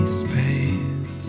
space